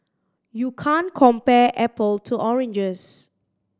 you can't compare apple to oranges